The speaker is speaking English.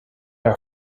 are